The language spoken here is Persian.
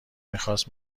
میخاست